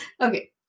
Okay